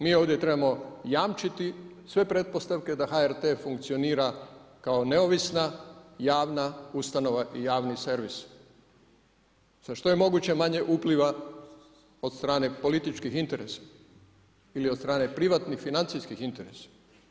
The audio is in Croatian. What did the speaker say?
Mi ovdje trebamo jamčiti sve pretpostavke da HRT-e funkcionira kao neovisna javna ustanova i javni servis sa što je moguće manje upliva od strane političkih interesa ili od strane privatnih financijskih interesa.